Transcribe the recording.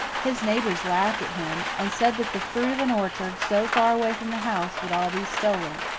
his neighbours laughed at him, and said that the fruit of an orchard so far away from the house would all be stolen.